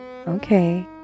Okay